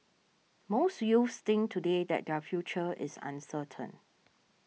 most youths think today that their future is uncertain